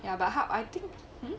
ya but 他 I think hmm